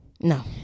No